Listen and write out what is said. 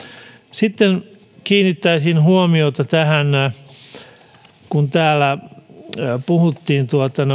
sitten kiinnittäisin huomiota tähän kun täällä puhuttiin